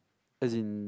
as in